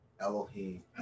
Elohim